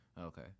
Okay